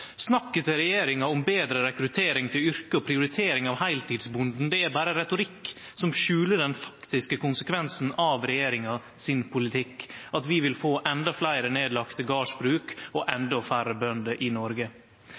Snakket til regjeringa om betre rekruttering til yrket og prioritering av heiltidsbonden er berre retorikk som skjuler den faktiske konsekvensen av regjeringas politikk: at vi vil få endå fleire nedlagte gardsbruk og endå færre bønder i Noreg.